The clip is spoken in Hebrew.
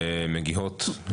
מגיהות.